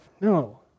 No